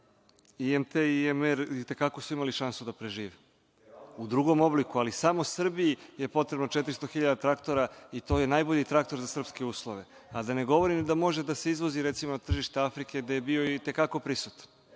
IMT i IMR i te kako imali šansu da prežive, u drugom obliku, ali samo Srbiji je potrebno 400.000 traktora i to je najbolji traktor za srpske uslove, a da ne govorim da može da se izvozi, recimo, na tržište Afrike, gde je bio i te kako prisutan.(Vladimir